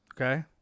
Okay